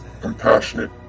compassionate